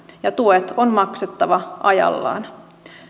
ja tuet on maksettava ajallaan